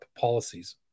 policies